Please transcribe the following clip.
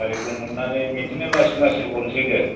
गारिखौ मोननानै बिदिनो लासै लासै हरसै दे